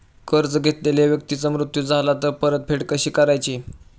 कर्ज घेतलेल्या व्यक्तीचा मृत्यू झाला तर परतफेड कशी करायची?